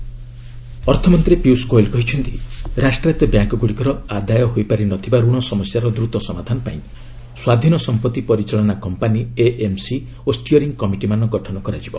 Goyal NPA ଅର୍ଥମନ୍ତୀ ପିୟୁଷ ଗୋଏଲ୍ କହିଛନ୍ତି ରାଷ୍ଟ୍ରାୟତ୍ତ୍ ବ୍ୟାଙ୍ଗୁଡ଼ିକର ଆଦାୟ ହୋଇପାରି ନ ଥିବା ରଣ ସମସ୍ୟାର ଦ୍ରତ ସମାଧାନ ପାଇଁ ସ୍ୱାଧୀନ ସମ୍ପଭି ପରିଚାଳନା କମ୍ପାନୀ ଏଏମ୍ସି ଓ ଷ୍ଟିଅରିଂ କମିଟିମାନ ଗଠନ କରାଯିବ